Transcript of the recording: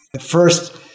First